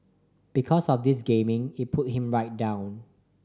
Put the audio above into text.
because of this gaming it pulled him right down